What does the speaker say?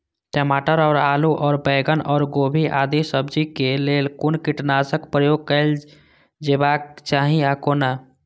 टमाटर और आलू और बैंगन और गोभी आदि सब्जी केय लेल कुन कीटनाशक प्रयोग कैल जेबाक चाहि आ कोना?